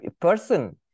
person